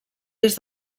des